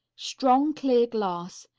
strong, clear glass.